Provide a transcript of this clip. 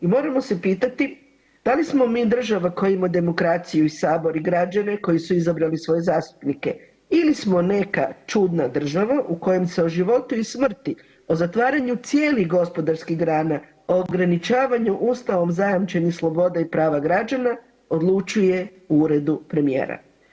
I moramo se pitati da li smo mi država koja ima demokraciju, i Sabor i građane koji su izabrali svoje zastupnike, ili smo neka čudna država u kojoj se o životu i smrti, o zatvaranju cijelih gospodarskih grana, o ograničavanju Ustavom zajamčenih sloboda i prava građana odlučuje u Uredu premijera?